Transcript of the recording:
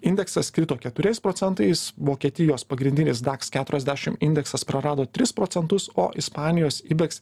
indeksas krito keturiais procentais vokietijos pagrindinis daks keturiasdešim indeksas prarado tris procentus o ispanijos ibeks